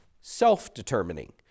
self-determining